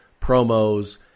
promos